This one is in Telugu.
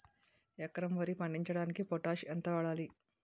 ఎకరం వరి పండించటానికి పొటాష్ ఎంత వాడాలి?